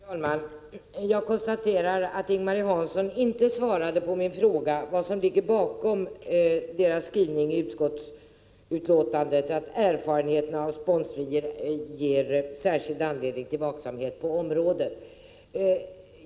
Fru talman! Jag konstaterar att Ing-Marie Hansson inte har svarat på min fråga vad som ligger bakom utskottets skrivning att erfarenheterna av sponsring ger särskild anledning till vaksamhet på området.